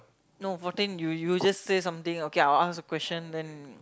no fourteen you you just say something okay I will ask a question then